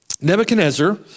Nebuchadnezzar